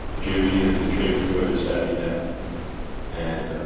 jimi and the chambers brothers sat me down and